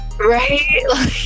Right